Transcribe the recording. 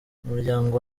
umuryango